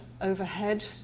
overhead